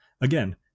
Again